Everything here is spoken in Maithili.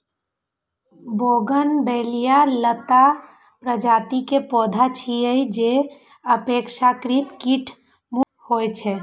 बोगनवेलिया लता प्रजाति के पौधा छियै, जे अपेक्षाकृत कीट मुक्त होइ छै